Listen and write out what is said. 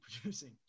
producing